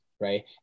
right